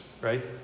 right